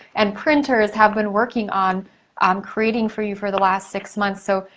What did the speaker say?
and printers have been working on um creating for you for the last six months. so,